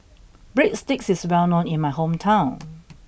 Breadsticks is well known in my hometown